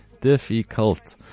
Difficult